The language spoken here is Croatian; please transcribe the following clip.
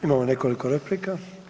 Imamo nekoliko replika.